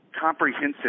comprehensive